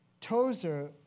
Tozer